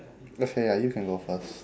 okay ya you can go first